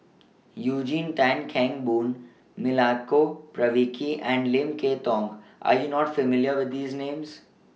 Eugene Tan Kheng Boon Milenko Prvacki and Lim Kay Tong Are YOU not familiar with These Names